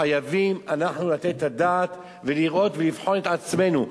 חייבים אנחנו לתת את הדעת ולראות ולבחון את עצמנו.